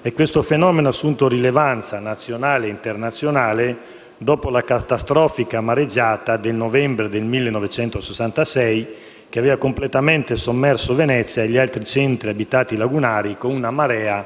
e questo fenomeno ha assunto rilevanza nazionale ed internazionale dopo la catastrofica mareggiata del novembre 1966 che aveva completamente sommerso Venezia e gli altri centri abitati lagunari con una marea